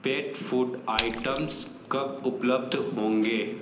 पेट food items कब उपलब्ध होंगे